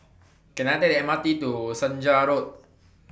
Can I Take The M R T to Senja Road